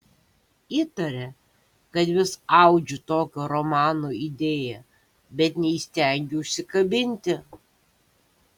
įtarė kad vis audžiu tokio romano idėją bet neįstengiu užsikabinti